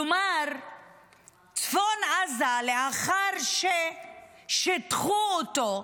כלומר צפון עזה, לאחר ששיטחו אותו,